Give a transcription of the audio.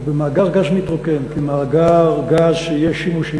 במאגר גז מתרוקן כמאגר גז שיהיה שימושי,